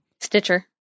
Stitcher